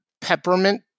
peppermint